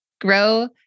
grow